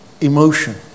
emotion